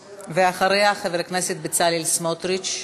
ואחריה, חבר הכנסת בצלאל סמוטריץ.